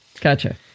Gotcha